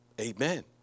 Amen